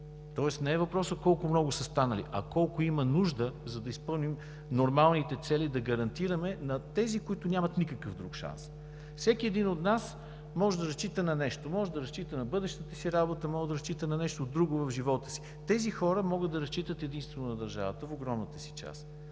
Тоест не е въпросът: колко много са станали, а колко има нужда, за да изпълним нормалните цели, да гарантираме на тези, които нямат никакъв друг шанс. Всеки от нас може да разчита на нещо – на бъдещата си работа, на нещо друго в живота си, но тези хора могат да разчитат единствено на държавата – в огромната си част.